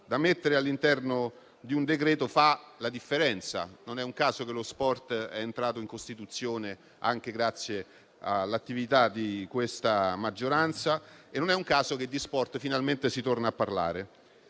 inserirli all'interno di un decreto. Questo fa la differenza e non è un caso che lo sport sia entrato in Costituzione anche grazie all'attività di questa maggioranza; non è un caso che di sport finalmente si torni a parlare.